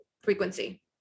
frequency